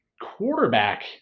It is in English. quarterback